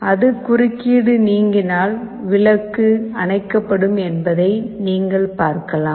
அது குறுக்கீடு நீங்கினால் விளக்கு அணைக்கப்படும் என்பதை நீங்கள் பார்க்கலாம்